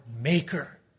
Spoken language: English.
maker